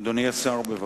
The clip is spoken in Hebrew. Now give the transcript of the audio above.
אדוני השר בבקשה.